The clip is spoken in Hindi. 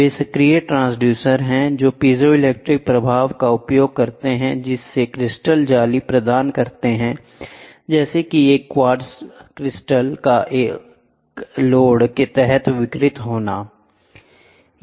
वे सक्रिय ट्रांसड्यूसर हैं जो पीजो इलेक्ट्रिक प्रभाव का उपयोग करते हैं जिससे क्रिस्टल जाली प्रदान करते हैं जैसे कि एक क्वार्ट्ज क्रिस्टल एक लोड के तहत विकृत होता है